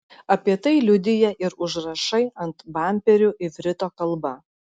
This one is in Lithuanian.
apie tai liudija ir užrašai ant bamperių ivrito kalba